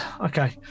okay